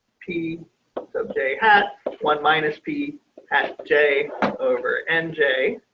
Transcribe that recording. p um so jay has one minus p amp j over and jay